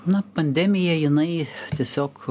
na pandemija jinai tiesiog